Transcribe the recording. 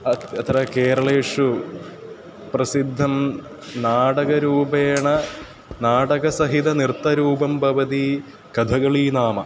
अत्र अत्र केरळेषु प्रसिद्धं नाडगरूपेण नाटकसहितनृत्तरूपं भवति कधगळी नाम